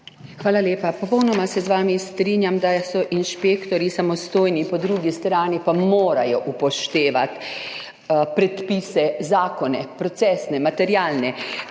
Hvala lepa. Popolnoma se z vami strinjam, da so inšpektorji samostojni, po drugi strani pa morajo upoštevati predpise, zakone, procesne, materialne.